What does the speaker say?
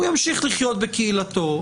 הוא ימשיך לחיות בקהילתו,